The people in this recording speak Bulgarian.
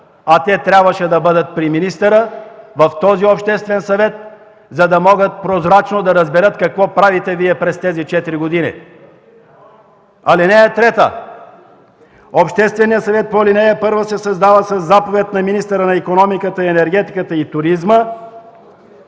а те трябваше да бъдат при министъра в този Обществен съвет, за да могат прозрачно да разберат какво правите Вие през тези четири години. „(3) Общественият съвет по ал. 1 се създава със заповед на министъра на икономиката, енергетиката и туризма.